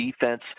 defense